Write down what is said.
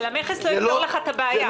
אבל המכס לא יפתור לך את הבעיה.